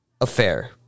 affair